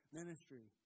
ministry